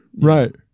Right